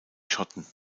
schotten